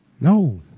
No